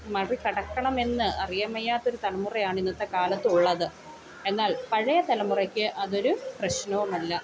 മറികടക്കണമെന്ന് അറിയാൻ വയ്യാത്തൊരു തലമുറയാണ് ഇന്നത്തെ കാലത്തുള്ളത് എന്നാൽ പഴയ തലമുറക്ക് അതൊരു പ്രശ്നവുമല്ല